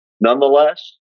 Nonetheless